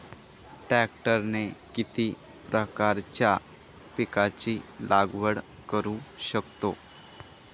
ट्रॅक्टरने किती प्रकारच्या पिकाची लागवड करु शकतो?